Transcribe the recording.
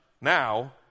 now